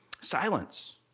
Silence